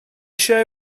eisiau